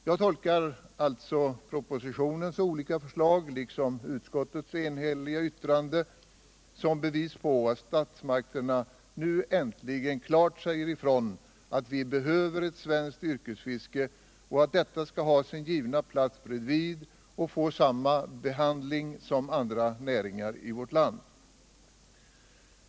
Jag tolkar alltså propositionens olika förslag liksom utskottets enhälliga yttrande som bevis på att statsmakterna nu äntligen klart säger ifrån att vi behöver ett svenskt yrkesfiske och att detta skall ha sin givna plats bredvid och få samma behandling som andra näringar i vårt land.